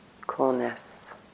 coolness